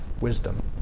wisdom